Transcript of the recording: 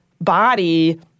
body